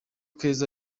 keza